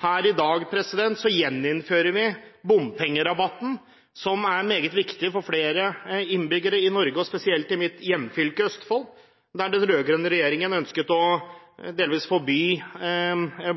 I dag gjeninnfører vi bompengerabatten, som er meget viktig for flere innbyggere i Norge – spesielt i mitt hjemfylke, Østfold, der den rød-grønne regjeringen delvis ønsket å delvis forby